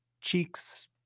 cheeks